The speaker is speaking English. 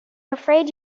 afraid